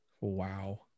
wow